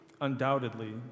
undoubtedly